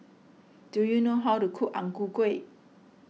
do you know how to cook Ang Ku Kueh